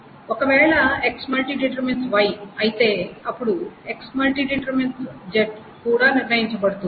ఒకవేళ X↠Y అయితే అప్పుడు X↠Z కూడా నిర్ణయించబడుతుంది